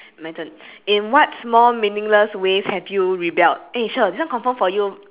my turn in what small meaningless way have you rebelled eh shir this one confirm for you